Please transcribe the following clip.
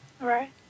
Right